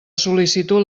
sol·licitud